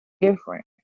different